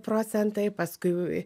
procentai paskui